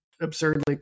absurdly